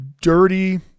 dirty